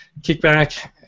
Kickback